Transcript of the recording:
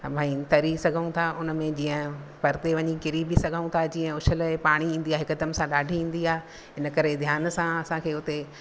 भई तरी सघूं था उन में जीअं परते वञी किरी बि सघूं था जीअं उछल ऐं पाणी ईंदी आहे हिकदमि सां ॾाढी ईंदी आहे इन करे ध्यान सां असांखे हुते